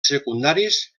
secundaris